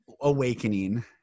awakening